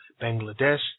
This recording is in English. Bangladesh